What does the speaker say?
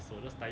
so let's start